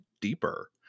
deeper